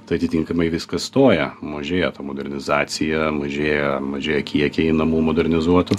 tai atitinkamai viskas stoja mažėja modernizacija mažėja mažėja kiekiai namų modernizuotų